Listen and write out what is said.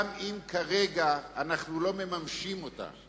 גם אם כרגע אנחנו לא מממשים אותה.